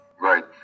Right